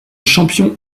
champion